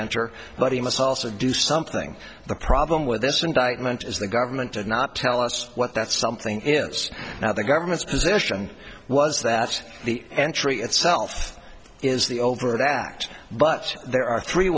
reenter but he must also do something the problem with this indictment is the government did not tell us what that something is now the government's position was that the entry itself is the overt act but there are three